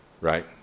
right